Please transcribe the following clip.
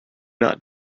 not